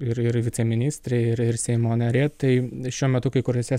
ir ir viceministrė ir ir seimo narė tai šiuo metu kai kuriose